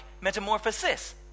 metamorphosis